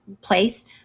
place